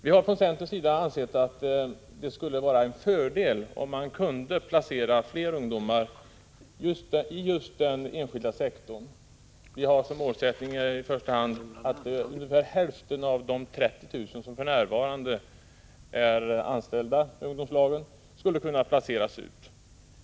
Vi har från centerns sida ansett att det skulle vara en fördel om man kunde placera fler ungdomar i den enskilda sektorn. Vi har som målsättning i första hand att ungefär hälften av de 30 000 som för närvarande är anställda i ungdomslagen skulle kunna placeras ut.